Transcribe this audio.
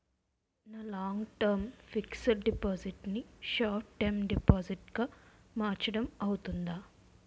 నా long term fixed deposit ను short term deposit గా మార్చటం అవ్తుందా?